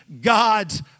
God's